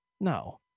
No